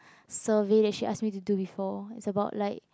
survey that she ask me to do before it's about like